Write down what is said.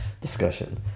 discussion